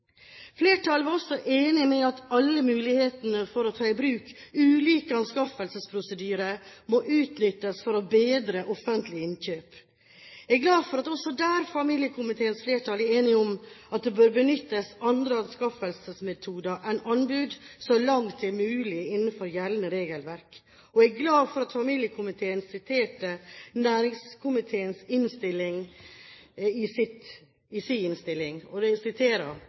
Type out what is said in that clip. Flertallet var også enig om at alle mulighetene for å ta i bruk ulike anskaffelsesprosedyrer må utnyttes for å bedre offentlige innkjøp. Jeg er glad for at familiekomiteens flertall også der er enig i at det bør benyttes andre anskaffelsesmetoder enn anbud, så langt det er mulig innenfor gjeldende regelverk. Jeg er glad for at familiekomiteen siterer fra næringskomiteens innstilling: «Et annet flertall, medlemmene fra Arbeiderpartiet, Sosialistisk Venstreparti, Senterpartiet og